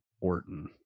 Orton